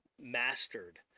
mastered